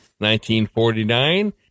1949